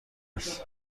هست